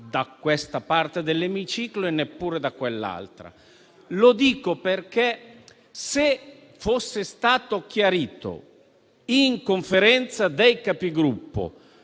di questa parte dell'emiciclo e neppure di quell'altra. Lo dico perché, se fosse stato chiarito in Conferenza dei Capigruppo